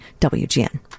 WGN